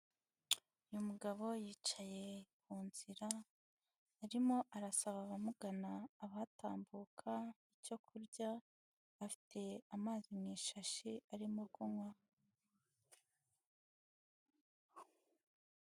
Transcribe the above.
Uyu mugabo yicaye ku nzira, arimo arasaba abamugana abahatambuka icyo kurya, afite amazi mu ishashi arimo kunywa.